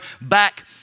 back